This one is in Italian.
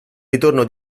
ritorno